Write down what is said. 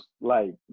Like-